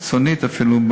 הקיצונית אפילו,